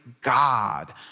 God